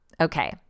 Okay